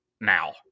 now